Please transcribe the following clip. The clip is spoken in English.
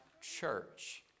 church